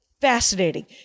fascinating